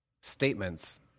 statements